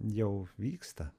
jau vyksta